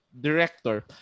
director